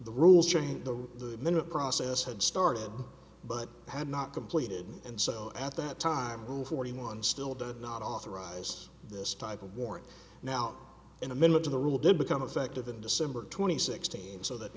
the rules changed the minute process had started but had not completed and so at that time to forty one still did not authorize this type of war now in the middle of the rule did become effective in december twenty sixth so that